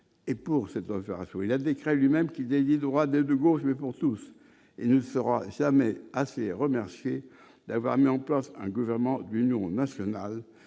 et pour cette doivent rassurer la décret lui-même qui le désirent, droit de gauche mais pour tous et ne sera jamais assez remercier d'avoir mis en place un gouvernement d'union nationale